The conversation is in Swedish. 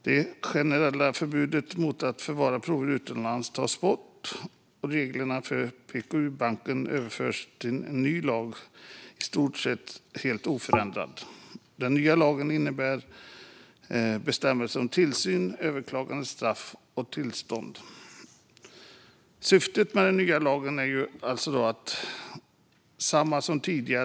Det generella förbudet mot att förvara prover utomlands tas bort, och reglerna för PKU-biobanken överförs till den nya lagen i stort sett oförändrade. Den nya lagen innehåller bestämmelser om tillsyn, överklagande, straff och skadestånd. Syftet med den nya lagen är detsamma som tidigare, men vissa regler har förändrats.